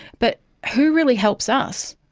but who really helps us?